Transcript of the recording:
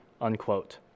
unquote